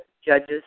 judge's